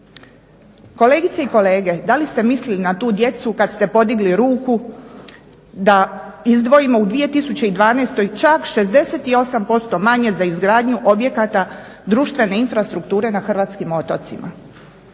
Kolegice i kolege da li ste mislili na tu djecu kada ste podigli ruku da izdvojimo u 2012. čak 68% manje za izgradnju objekata društvene infrastrukture na hrvatskim otocima?